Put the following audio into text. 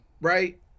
right